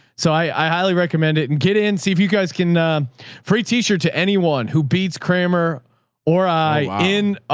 so i highly recommend it and get in. see if you guys can free tee shirt to anyone who beats kramer or i in,